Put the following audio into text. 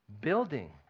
Building